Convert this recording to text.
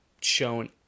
shown